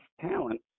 talent